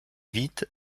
vite